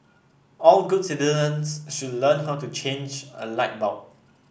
all good citizens should learn how to change a light bulb